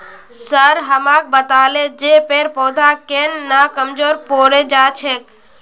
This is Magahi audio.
सर हमाक बताले जे पेड़ पौधा केन न कमजोर पोरे जा छेक